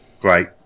great